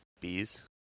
bees